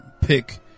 pick